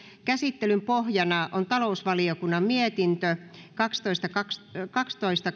käsittelyn pohjana on talousvaliokunnan mietintö kaksitoista